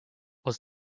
was